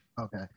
Okay